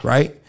Right